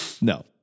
No